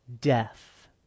death